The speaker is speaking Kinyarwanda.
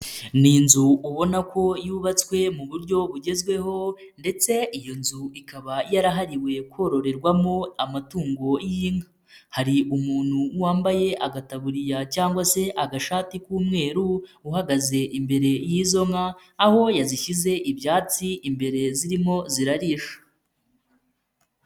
Ni inzu ubona ko yubatswe mu buryo bugezweho ndetse iyo nzu ikaba yarahariwe kororerwamo amatungo y'inka. Hari umuntu wambaye agataburiya cyangwa se agashati k'umweru, uhagaze imbere y'izo nka, aho yazishyize ibyatsi imbere zirimo zirarisha.